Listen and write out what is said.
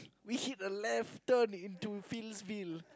we hit a left turn into Fieldsville